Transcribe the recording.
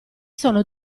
sono